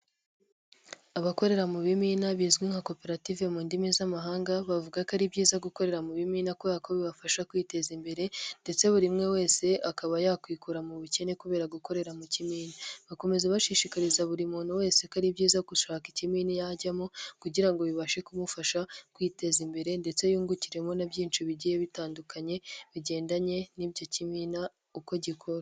Abakorera mu bimina bizwi nka koperative mu ndimi z'amahanga, bavuga ko ari byiza gukorera mu bimina kubera ya ko bibafasha kwiteza imbere ndetse buri umwe wese akaba yakwikura mu bukene kubera gukorera mu kimina, bakomeza bashishikariza buri muntu wese ko ari byiza gushaka ikimina yajyamo, kugira ngo bibashe kumufasha kwiteza imbere ndetse yungukiremo na byinshi bigiye bitandukanye bigendanye n'icyo kimina uko gikora.